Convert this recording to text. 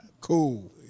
Cool